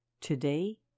Today